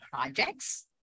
projects